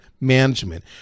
management